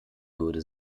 würde